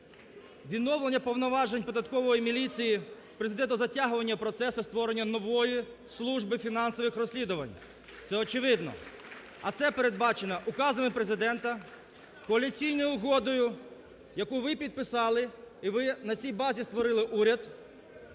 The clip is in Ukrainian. Відновлення повноважень податкової міліції призведе до затягування процесу створення нової служби фінансових розслідувань, це очевидно, а це передбачено указами Президента, Коаліційною угодою, яку ви підписали, і ви на цій базі створили уряд,